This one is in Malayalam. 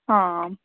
ആ